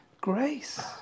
grace